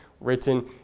written